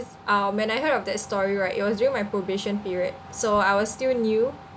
um when I heard of that story right it was during my probation period so I was still new